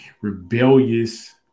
rebellious